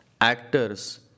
actors